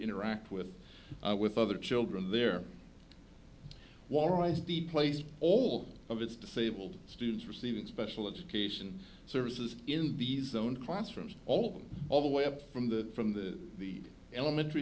interact with with other children their warres be placed all of its disabled students receiving special education services in the zone classrooms all of them all the way up from the from the the elementary